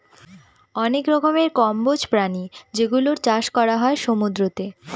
অনেক রকমের কম্বোজ প্রাণী যেগুলোর চাষ করা হয় সমুদ্রতে